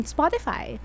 Spotify